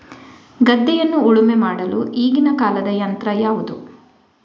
ಗದ್ದೆಯನ್ನು ಉಳುಮೆ ಮಾಡಲು ಈಗಿನ ಕಾಲದ ಯಂತ್ರ ಯಾವುದು?